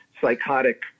psychotic